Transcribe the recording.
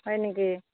হয় নেকি